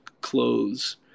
clothes